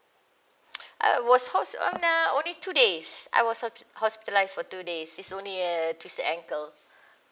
I was hos~ one ah only two days I was on hospitalised for two days this is only a twist ankle